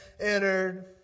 entered